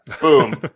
Boom